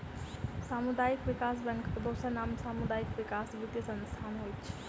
सामुदायिक विकास बैंकक दोसर नाम सामुदायिक विकास वित्तीय संस्थान होइत छै